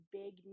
big